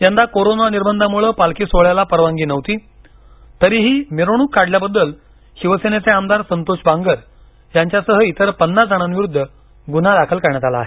यंदा कोरोना निर्बंधांमुळे पालखी सोहळ्याला परवानगी नव्हती तरीही मिरवणूक काढल्याबद्दल शिवसेनेचे आमदार संतोष बांगर यांच्यासह इतर पन्नास जणांविरुद्ध गुन्हा दाखल करण्यात आला आहे